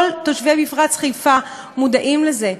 כל תושבי מפרץ חיפה מודעים לזה.